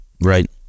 right